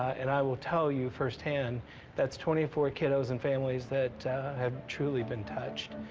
and i will tell you firsthand that's twenty four kiddos and families that have truly been touched.